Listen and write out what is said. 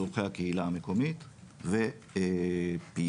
צרכי הקהילה המקומית ופעילות